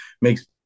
makes